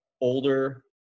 older